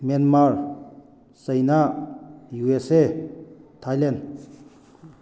Myanmar China USA Thailand